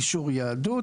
אישור יהדות.